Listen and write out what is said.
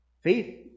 Faith